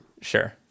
sure